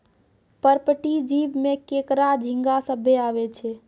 पर्पटीय जीव में केकड़ा, झींगा सभ्भे आवै छै